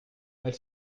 elles